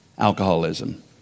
alcoholism